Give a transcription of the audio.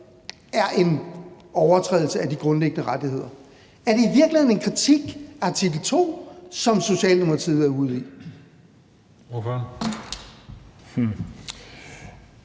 er en overtrædelse af de grundlæggende rettigheder? Er det i virkeligheden en kritik af artikel 2, Socialdemokratiet er ude i? Kl.